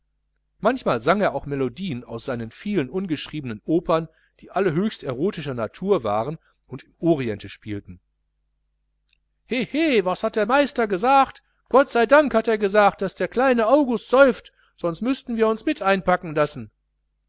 manchmal sang er auch melodieen aus seinen vielen ungeschriebenen opern die alle höchst erotischer natur waren und im oriente spielten hehe was hat der meister gesagt gottseidank hat er gesagt daß der kleine august säuft sonst müßten wir uns einpacken lassen